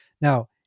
Now